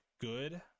good